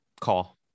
call